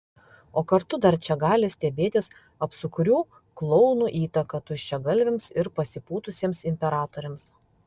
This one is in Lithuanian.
o kartu dar čia gali stebėtis apsukrių klounų įtaka tuščiagalviams ir pasipūtusiems imperatoriams